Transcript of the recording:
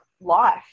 life